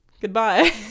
Goodbye